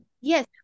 Yes